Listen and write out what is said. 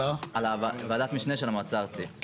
על ועדת משנה של המועצה הארצית,